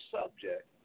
subject